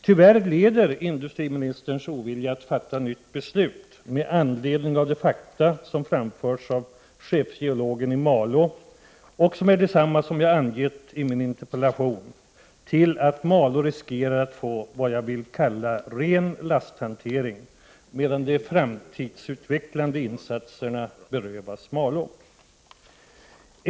Tyvärr leder industriministerns ovilja att fatta nytt beslut med anledning av de fakta som har framförts av chefsgeologen i Malå, som är desamma som jag har angett i min interpellation, till att Malå riskerar att få vad jag kallar ren lasthantering, medan de framtidssutvecklande insatserna berövas orten.